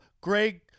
Greg